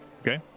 Okay